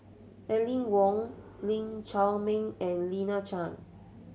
Aline Wong Lee Chiaw Meng and Lina Chiam